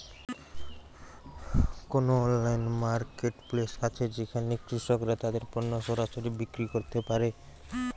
কোন online marketplace আছে যেখানে কৃষকরা তাদের পণ্য সরাসরি বিক্রি করতে পারে?